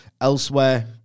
Elsewhere